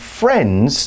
friends